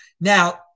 Now